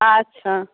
আচ্ছা